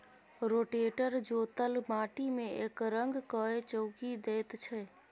rotator जोतल माटि मे एकरंग कए चौकी दैत छै